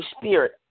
Spirit